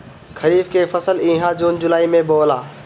खरीफ के फसल इहा जून जुलाई में बोआला